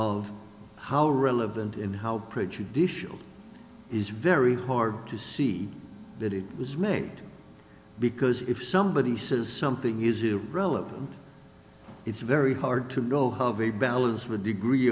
of how relevant and how prejudicial is very hard to see that it was made because if somebody says something is a relevant it's very hard to go have a balance of a degree